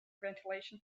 ventilation